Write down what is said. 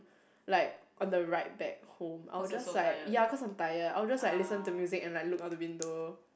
like on the ride back home I would just like ya cause I am tired I would just like listen to music and like look out the window